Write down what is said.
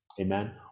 Amen